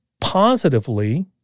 positively